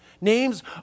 Names